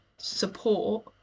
support